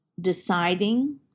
deciding